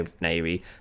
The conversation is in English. navy